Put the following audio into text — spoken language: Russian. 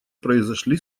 произошли